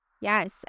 Yes